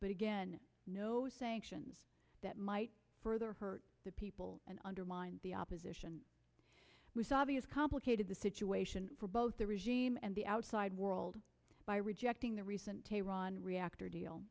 but again no sanctions that might further hurt the people and undermine the opposition was obvious complicated the situation for both the regime and the outside world by rejecting the recent tehran reactor deal